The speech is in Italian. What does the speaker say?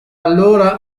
allora